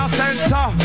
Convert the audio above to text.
center